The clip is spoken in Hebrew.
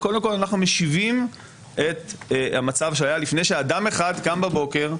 אנחנו משיבים את המצב שהיה לפני שאדם אחד קם בבוקר,